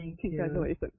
congratulations